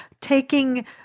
taking